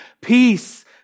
Peace